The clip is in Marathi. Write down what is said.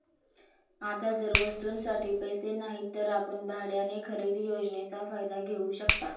आता जर वस्तूंसाठी पैसे नाहीत तर आपण भाड्याने खरेदी योजनेचा फायदा घेऊ शकता